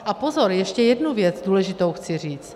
A pozor, ještě jednu věc důležitou chci říct.